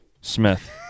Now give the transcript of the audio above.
Smith